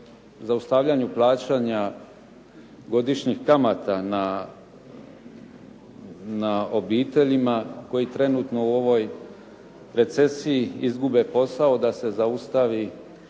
zaustavljanju plaćanja godišnjih kamata na obiteljima koji trenutno u ovoj recesiji izgube posao da se zaustavi